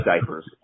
diapers